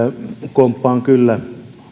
komppaan kyllä